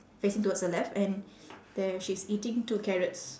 facing towards the left and then she's eating two carrots